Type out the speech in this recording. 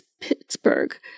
Pittsburgh